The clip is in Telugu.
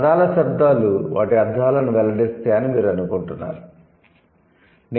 పదాల శబ్దాలు వాటి అర్థాలను వెల్లడిస్తాయని మీరు అనుకుంటున్నారా